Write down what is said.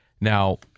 Now